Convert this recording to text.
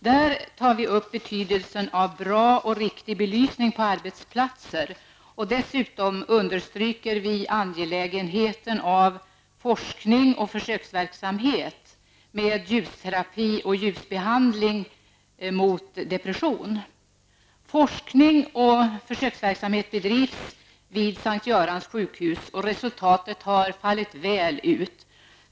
Där tar vi upp betydelsen av bra och riktig belysning på arbetsplatser, och dessutom understryker vi angelägenheten av forskning och försöksverksamhet med ljusterapi -- Görans sjukhus, och resultatet har fallit väl ut.